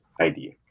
idea